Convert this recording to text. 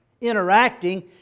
interacting